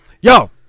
Yo